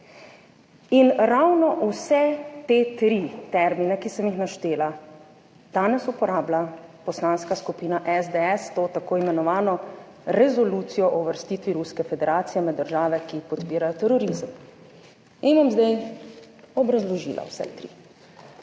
in ravno vse te tri termine, ki sem jih naštela danes uporablja Poslanska skupina SDS, to tako imenovano resolucijo o uvrstitvi Ruske federacije med države, ki podpirajo terorizem in bom zdaj obrazložila vse tri.